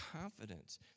confidence